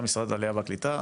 גם משרד העלייה והקליטה.